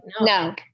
no